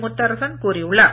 முத்தரசன் கூறியுள்ளார்